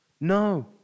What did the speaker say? No